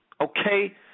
okay